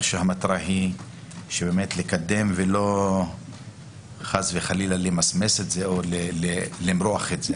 שהמטרה היא לקדם ולא חס וחלילה למסמס את זה או למרוח את זה